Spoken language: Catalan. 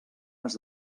has